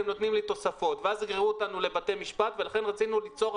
תוספת מכסה בהיקף של עד 25,000 ביצים לכל